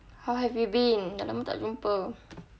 how have you been dah lama tak jumpa